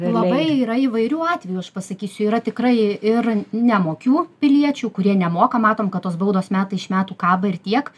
labai yra įvairių atvejų aš pasakysiu yra tikrai ir nemokių piliečių kurie nemoka matom kad tos baudos metai iš metų kaba ir tiek